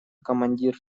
командир